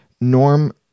norm